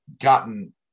gotten